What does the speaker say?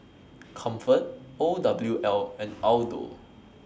Comfort O W L and Aldo